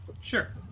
Sure